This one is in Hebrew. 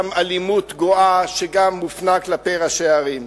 גם אלימות גואה שמופנית כלפי ראשי הערים.